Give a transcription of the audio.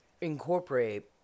incorporate